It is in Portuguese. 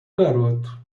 garoto